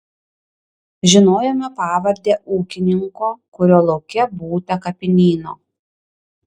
žinojome pavardę ūkininko kurio lauke būta kapinyno